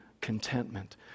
contentment